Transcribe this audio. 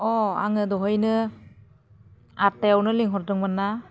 अह आङो दहायनो आथथायावनो लिंहरदोंमोन ना